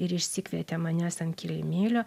ir išsikvietė manęs ant kilimėlio